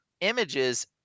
images